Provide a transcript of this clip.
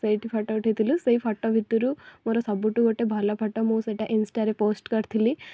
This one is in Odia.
ସେଇଠି ଫଟୋ ଉଠାଇଥିଲୁ ସେଇ ଫଟୋ ଭିତୁରୁ ମୋର ସବୁଠୁ ଗୋଟେ ଭଲ ଫଟୋ ମୁଁ ସେଇଟା ଇନଷ୍ଟାରେ ପୋଷ୍ଟ କରିଥିଲି